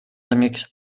amics